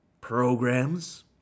programs